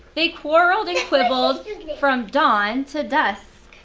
they quarreled and quibbled from dawn to dusk